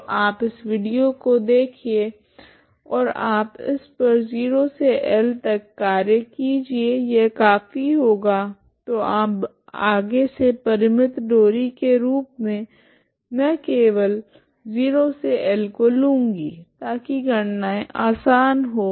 तो आप इस विडियो को देखिये ओर आप इस पर 0 से L तक कार्य कीजिए यह काफी होगा तो अब आगे से परिमित डोरी के रूप मे मैं केवल 0 से L को लूँगी ताकि गणनाएँ आसान हो